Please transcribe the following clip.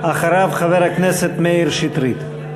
אחריו, חבר הכנסת מאיר שטרית.